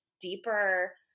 deeper